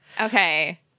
Okay